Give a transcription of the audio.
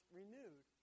renewed